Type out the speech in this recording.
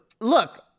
look